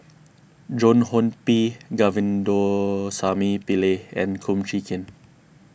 Joan Hon P Govindasamy Pillai and Kum Chee Kin